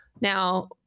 Now